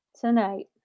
tonight